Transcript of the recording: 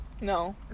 no